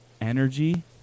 energy